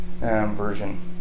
version